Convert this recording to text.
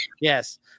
Yes